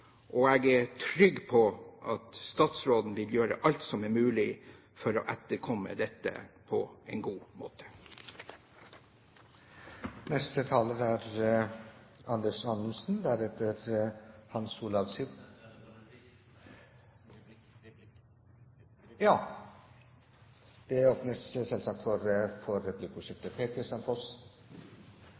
og jeg er trygg på at statsråden vil gjøre alt som er mulig for å etterkomme dette på en god